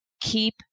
Keep